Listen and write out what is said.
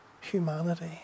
humanity